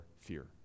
fear